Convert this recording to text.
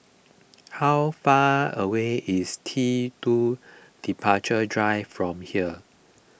how far away is T two Departure Drive from here